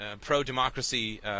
pro-democracy